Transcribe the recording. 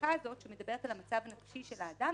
החזקה הזאת שמדברת על המצב הנפשי של האדם,